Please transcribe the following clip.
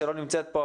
שלא נמצאת פה,